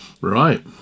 Right